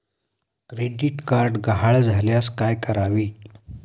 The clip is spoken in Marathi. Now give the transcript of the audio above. क्रेडिट कार्ड गहाळ झाल्यास काय करावे?